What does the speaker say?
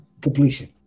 completion